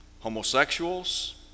homosexuals